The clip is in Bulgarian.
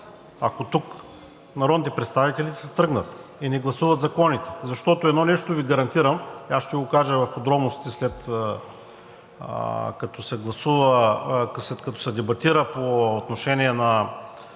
ако тук народните представители си тръгнат и не гласуват законите. Защото едно нещо Ви гарантирам и аз ще го кажа в подробности, след като се дебатира по отношение на